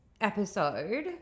episode